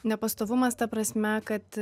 nepastovumas ta prasme kad